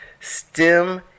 STEM